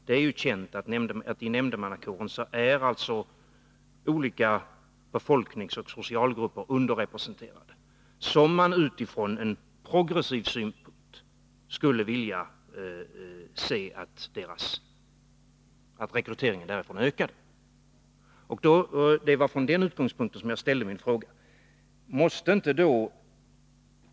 Det är ju känt att i nämndemannakåren är olika befolkningsoch socialgrupper underrepresenterade, grupper varifrån man utifrån en progressiv synpunkt skulle vilja se rekryteringen ökad. Det var från den utgångspunkten jag ställde min fråga.